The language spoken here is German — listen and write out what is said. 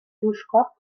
duschkopf